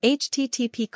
http